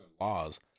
laws